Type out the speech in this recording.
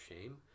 shame